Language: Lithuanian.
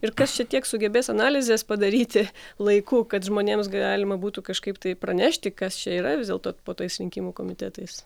ir kas čia tiek sugebės analizės padaryti laiku kad žmonėms galima būtų kažkaip tai pranešti kas čia yra vis dėlto po tais rinkimų komitetais